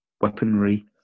weaponry